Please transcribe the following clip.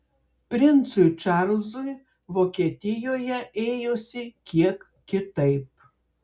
princui čarlzui vokietijoje ėjosi kiek kitaip